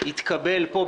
יתקבל פה,